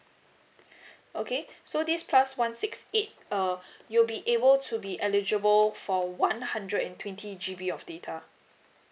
okay so this plus one six eight uh you'll be able to be eligible for one hundred and twenty G_B of data